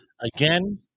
again